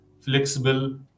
flexible